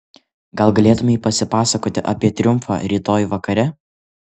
gal galėtumei pasipasakoti apie triumfą rytoj vakare